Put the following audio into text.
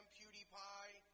PewDiePie